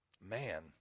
man